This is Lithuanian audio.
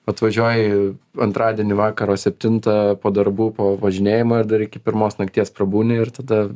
atvažiuoji antradienį vakaro septintą po darbų po važinėjimo ir dar iki pirmos nakties prabūni ir tada